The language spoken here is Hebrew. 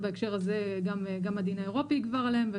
ובהקשר הזה גם הדין האירופי יגבר עליהם.